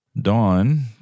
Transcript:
Dawn